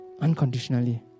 unconditionally